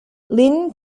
linn